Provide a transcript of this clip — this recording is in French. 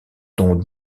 dont